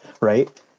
right